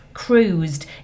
Cruised